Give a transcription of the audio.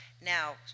now